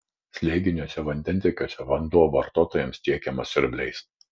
slėginiuose vandentiekiuose vanduo vartotojams tiekiamas siurbliais